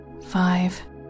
five